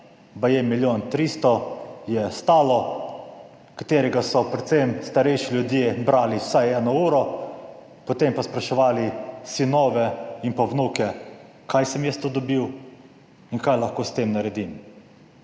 baje milijon tristo je stalo -, katerega so predvsem starejši ljudje brali vsaj 1 uro, potem pa spraševali sinove in pa vnuke, kaj sem jaz to dobil in kaj lahko s tem naredim.